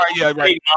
right